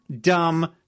dumb